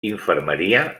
infermeria